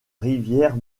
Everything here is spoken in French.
rivière